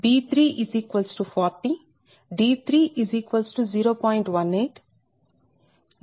10 a3 300 b3 40 d3 0